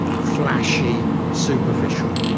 flashy, superficial.